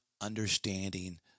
understanding